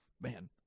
man